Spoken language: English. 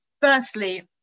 Firstly